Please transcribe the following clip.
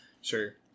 sure